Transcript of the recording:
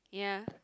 yeah